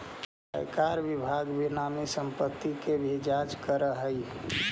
आयकर विभाग बेनामी संपत्ति के भी जांच करऽ हई